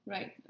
Right